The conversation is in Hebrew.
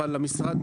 אבל המשרד,